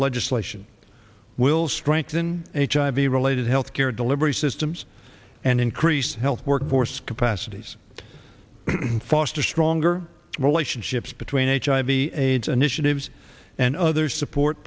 legislation will strengthen h i b related health care delivery systems and increased health workforce capacities to foster stronger relationships between a hiv aids initiative and other support